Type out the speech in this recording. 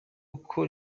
uko